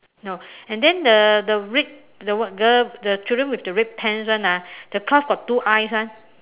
no and then the the red the one the the children with the red pants [one] ah the cloth got two eyes ah